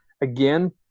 Again